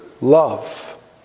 love